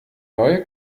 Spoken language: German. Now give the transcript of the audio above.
neue